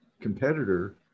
competitor